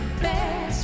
best